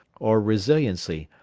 or resiliency,